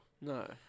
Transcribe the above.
No